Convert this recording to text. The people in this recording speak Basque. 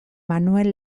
manuel